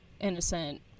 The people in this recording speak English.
innocent